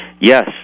Yes